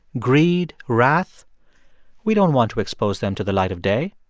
greed, wrath we don't want to expose them to the light of day.